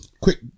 Quick